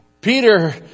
Peter